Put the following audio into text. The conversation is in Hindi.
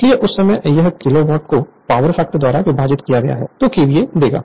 इसलिए उस समय यह किलोवाट को पावर फैक्टर द्वारा विभाजित किया गया है तो केवीए देगा